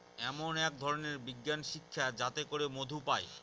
এমন এক ধরনের বিজ্ঞান শিক্ষা যাতে করে মধু পায়